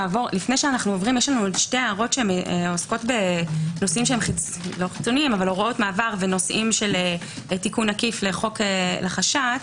עוד 2 הערות שנוגעות בהוראות מעבר ונושאים של תיקון עדיף לחש"צ.